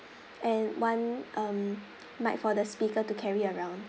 and one um mic for the speaker to carry around